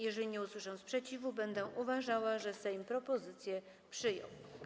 Jeżeli nie usłyszę sprzeciwu, będę uważała, że Sejm propozycję przyjął.